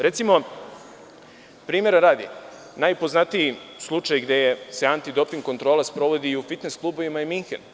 Recimo, primera radi, najpoznatiji slučaj gde se antidoping kontrola sprovodi i u fitnes klubovima je Minhen.